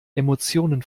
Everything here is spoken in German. emotionen